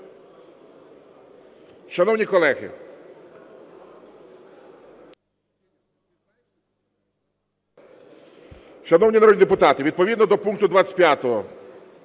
Шановні колеги… Шановні народні депутати, відповідно до пункту 25